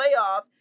playoffs